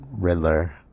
Riddler